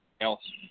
else